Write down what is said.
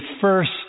first